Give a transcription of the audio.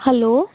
hello